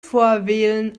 vorwählen